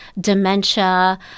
dementia